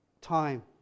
time